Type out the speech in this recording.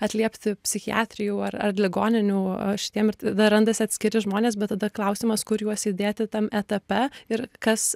atliepti psichiatrijų ar ar ligoninių šitiem ir tada randasi atskiri žmonės bet tada klausimas kur juos įdėti tam etape ir kas